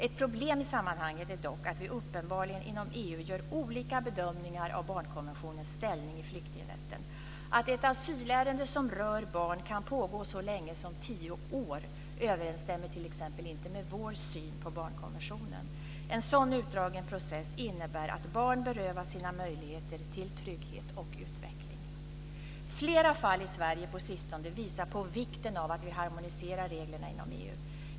Ett problem i sammanhanget är dock att vi uppenbarligen inom EU gör olika bedömningar av barnkonventionens ställning i flyktingrätten. Att ett asylärende som rör barn kan pågå så länge som tio år överensstämmer t.ex. inte med vår syn på barnkonventionen. En sådan utdragen process innebär att barn berövas sina möjligheter till trygghet och utveckling. Flera fall i Sverige på sistone visar på vikten av att vi harmoniserar reglerna inom EU.